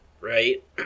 right